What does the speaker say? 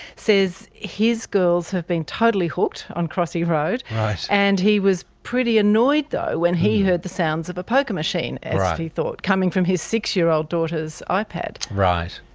says his girls have been totally hooked on crossy road and he was pretty annoyed though when he heard the sounds of a poker machine, as he thought, coming from his six-year-old daughter's ah ipad. right,